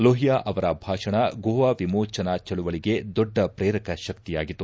ಲೋಹಿಯಾ ಅವರ ಭಾಷಣ ಗೋವಾ ವಿಮೋಚನಾ ಚಳುವಳಿಗೆ ದೊಡ್ಡ ಪ್ರೇರಕ ಶಕ್ತಿಯಾಗಿತ್ತು